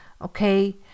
Okay